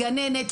גננת,